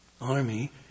army